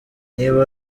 niba